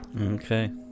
Okay